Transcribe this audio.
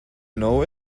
know